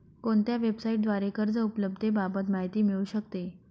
कोणत्या वेबसाईटद्वारे कर्ज उपलब्धतेबाबत माहिती मिळू शकते?